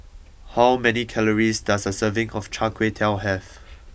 how many calories does a serving of Chai Kway Tow have